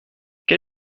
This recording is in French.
quel